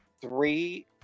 three